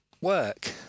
work